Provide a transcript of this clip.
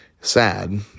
Sad